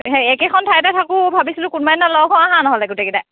হেই একেখন ঠাইতে থাকোঁ ভাবিছিলোঁ কোনোবা এদিনা লগ হওঁ আহাঁ নহ'লে গোটেইকেইটাই